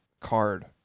card